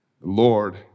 Lord